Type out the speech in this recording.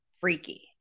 freaky